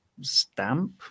stamp